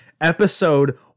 Episode